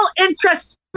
interest